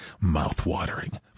Mouth-watering